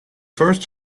first